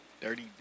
Dirty